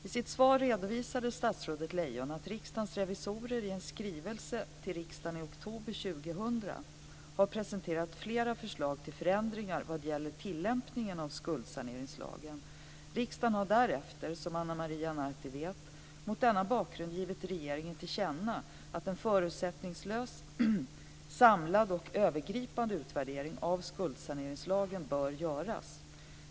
I sitt svar redovisade statsrådet Lejon att Riksdagens revisorer i en skrivelse till riksdagen i oktober 2000 har presenterat flera förslag till förändringar vad gäller tillämpningen av skuldsaneringslagen. Riksdagen har därefter, som Ana Maria Narti vet, mot denna bakgrund givit regeringen till känna att en förutsättningslös, samlad och övergripande utvärdering av skuldsaneringslagen bör göras.